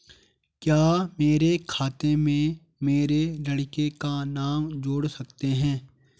क्या मेरे खाते में मेरे लड़के का नाम जोड़ सकते हैं?